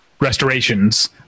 restorations